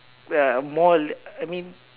err more like I mean